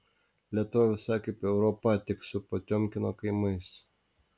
lietuva visai kaip europa tik su potiomkino kaimais